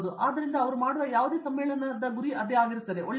ಆದ್ದರಿಂದ ಅವರು ಮಾಡುವ ಯಾವುದೇ ಸಮ್ಮೇಳನಕ್ಕೆ ಒಂದು ಗುರಿಯೇ ಹೌದು ಒಳ್ಳೆಯದು